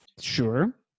Sure